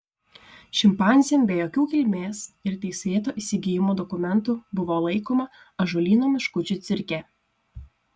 šimpanzė be jokių kilmės ir teisėto įsigijimo dokumentų buvo laikoma ąžuolyno meškučių cirke